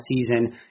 season